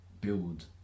build